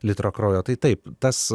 litro kraujo tai taip tas